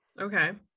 Okay